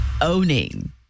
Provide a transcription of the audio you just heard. owning